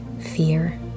fear